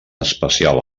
especial